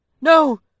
no